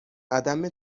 عدم